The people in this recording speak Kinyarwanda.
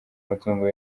matungo